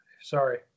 Sorry